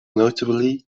notably